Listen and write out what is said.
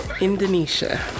Indonesia